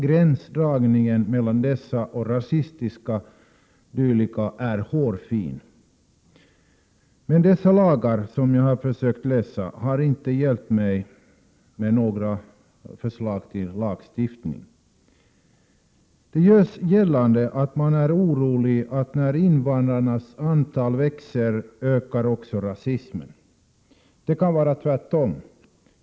Gränsdragningen mellan dessa och rasistiska organisationer är hårfin. Dessa lagar, som jag har läst, har dock inte hjälpt mig när det gällt att försöka framlägga förslag till lagstiftning. Det görs gällande att man är orolig för att rasismen ökar när invandrarnas antal växer. Det kan vara tvärtom.